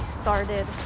started